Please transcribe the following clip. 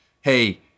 Hey